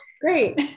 great